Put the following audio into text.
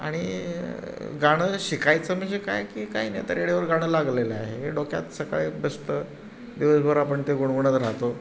आणि गाणं शिकायचं म्हणजे काय की काही नाही आता रेडिओवर गाणं लागलेलं आहे डोक्यात सकाळी बसतं दिवसभर आपण ते गुणगुणत राहतो